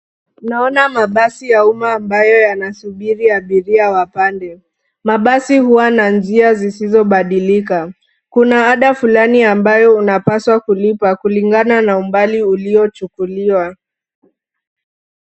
Naona mabasi ya umma ambayo yanasubiri abiria wapande. Mabasi huwa na njia zisizobadilika, kuna ada fulani ambayo unapaswa kulipa kulingana na umbali uliochukuliwa.